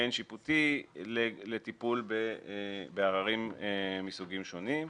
או גוף מעין שיפוטי לטיפול בעררים מסוגים שונים,